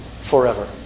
forever